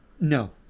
No